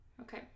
Okay